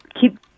keep